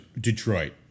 Detroit